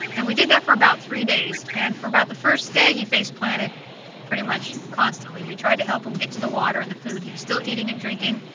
and we did that for about three days and for about the first day he face-planted pretty much constantly. we tried to help him get to the water and the food. he was still eating and drinking.